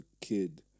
kid